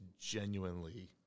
genuinely